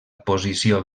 posició